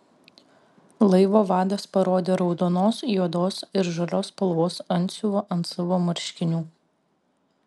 laivo vadas parodė raudonos juodos ir žalios spalvos antsiuvą ant savo marškinių